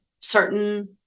certain